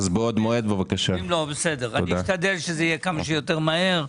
אשתדל שזה יהיה כמה שיותר מהר.